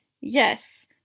Yes